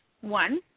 one